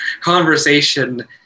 conversation